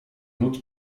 lud